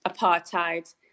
apartheid